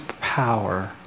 power